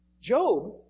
Job